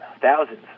thousands